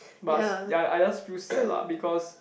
but s~ ya I just feel sad lah because